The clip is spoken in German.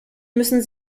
müssen